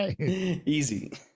easy